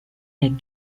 der